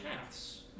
paths